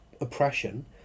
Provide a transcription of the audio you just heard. oppression